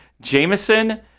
Jameson